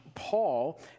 Paul